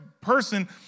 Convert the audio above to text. person